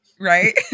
Right